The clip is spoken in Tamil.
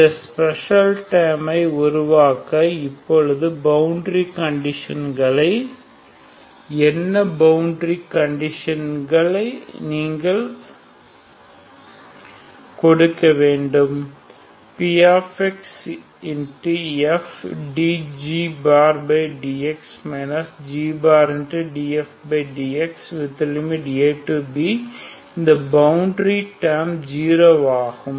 இந்த ஸ்பெஷல் டேர்ம் ஐ உருவாக்க இப்பொழுது பவுண்டரி கண்டிஷன்களை என்ன பவுண்டரி கண்டிஷன்களை நீங்கள் கொடுக்க வேண்டும் pxfdgdx gdfdx|ab இந்த பவுண்டரி டேர்ம் 0 ஆகும்